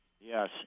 Yes